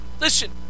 listen